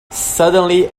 suddenly